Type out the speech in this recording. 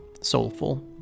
soulful